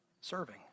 serving